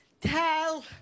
tell